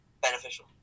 Beneficial